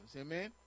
Amen